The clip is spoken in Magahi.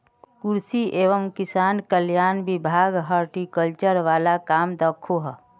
कृषि एवं किसान कल्याण विभाग हॉर्टिकल्चर वाल काम दखोह